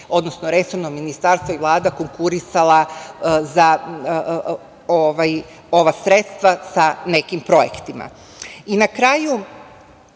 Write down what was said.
odnosno resorno ministarstvo i Vlada konkurisala za ova sredstva sa nekim projektima? Na